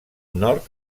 nord